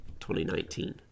2019